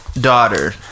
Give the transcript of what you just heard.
daughter